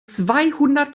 zweihundert